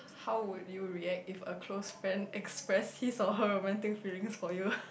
how would you react if a close friend ex friend his or her romantic feelings for you